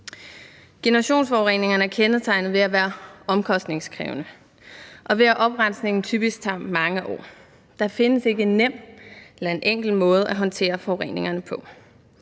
Generationsforureningerne er kendetegnet ved at være omkostningskrævende, og ved at oprensningen typisk tager mange år. Der findes ikke en nem eller enkel måde at håndtere forureningerne på.